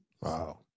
wow